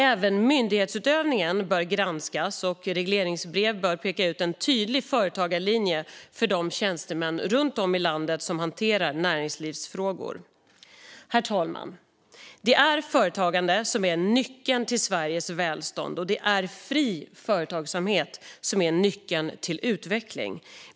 Även myndighetsutövningen bör granskas, och regleringsbrev bör peka ut en tydlig företagarlinje för de tjänstemän runt om i landet som hanterar näringslivsfrågor. Herr talman! Det är företagande som är nyckeln till Sveriges välstånd, och det är fri företagsamhet som är nyckeln till utveckling.